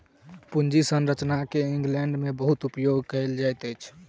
पूंजी संरचना के इंग्लैंड में बहुत उपयोग कएल जाइत अछि